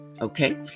Okay